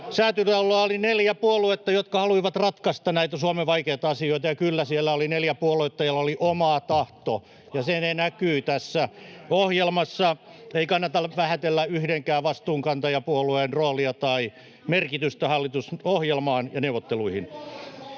Säätytalolla oli neljä puoluetta, jotka halusivat ratkaista näitä Suomen vaikeita asioita, ja kyllä, siellä oli neljä puoluetta, joilla oli oma tahto, ja se näkyy tässä ohjelmassa. [Keskeltä: Vastuunkantajia!] Ei kannata vähätellä yhdenkään vastuunkantajapuolueen roolia tai merkitystä hallitusohjelmaan ja neuvotteluihin.